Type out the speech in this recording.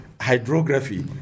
hydrography